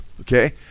okay